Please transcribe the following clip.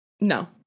No